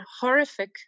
horrific